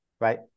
right